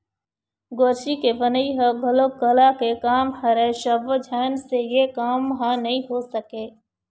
गोरसी के बनई ह घलोक कला के काम हरय सब्बो झन से ए काम ह नइ हो सके